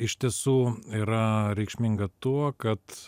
iš tiesų yra reikšminga tuo kad